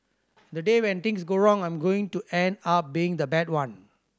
the day when things go wrong I'm going to end up being the bad one